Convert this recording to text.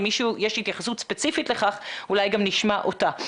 אם יש התייחסות ספציפית לכך, אולי גם נשמע אותה.